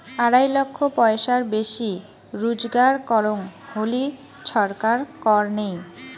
আড়াই লক্ষ পয়সার বেশি রুজগার করং হলি ছরকার কর নেই